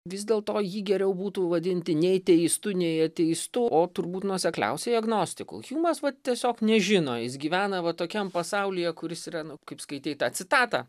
vis dėlto jį geriau būtų vadinti nei teistu nei ateistu o turbūt nuosekliausiai agnostiku hjumas va tiesiog nežino jis gyvena va tokiam pasaulyje kuris yra nu kaip skaitei tą citatą